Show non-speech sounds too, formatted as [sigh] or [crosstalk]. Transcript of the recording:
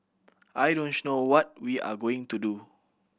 I don't [unintelligible] know what we are going to do